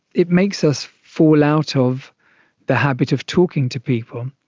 it makes us fall out of the habit of talking to people.